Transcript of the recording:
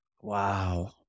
Wow